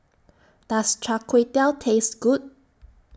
Does Char Kway Teow Taste Good